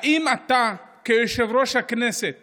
האם אתה כיושב-ראש הכנסת